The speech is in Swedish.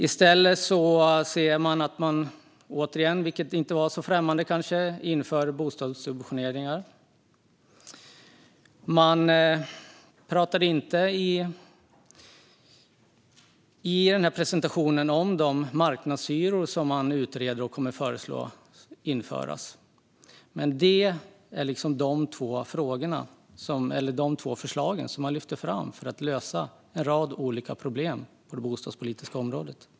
I stället inför man återigen, vilket kanske inte var så främmande, bostadssubventioneringar. Man pratade inte i presentationen om de marknadshyror som man utreder och kommer att föreslå. Men det är liksom dessa två förslag som man lyfter fram för att lösa en rad olika problem på det bostadspolitiska området.